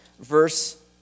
Verse